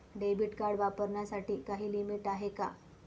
Debit card वापरण्यासाठी काही limit आहे का?